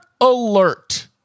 alert